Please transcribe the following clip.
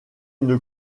une